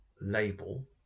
label